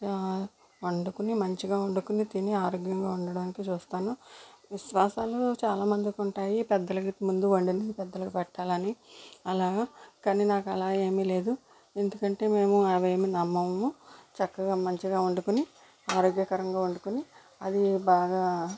వండుకోని మంచిగా వండుకోని తిని ఆరోగ్యంగా ఉండడానికి చూస్తాను విశ్వాసాలు చాలా మందికి ఉంటాయి పెద్దలకి ముందు వండింది పెద్దలకి పెట్టాలని అలగా కానీ నాకు అలా ఏమీ లేదు ఎందుకంటే మేము అవేమీ నమ్మము చక్కగా మంచిగా వండుకుని ఆరోగ్యకరంగా వండుకుని అది బాగా